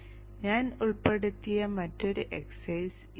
ഞാൻ ഉൾപ്പെടുത്തിയ മറ്റൊരു എക്സസൈസ് ഇതാണ്